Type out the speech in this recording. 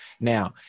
Now